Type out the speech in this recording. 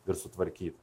ir sutvarkyt